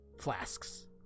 flasks